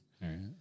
right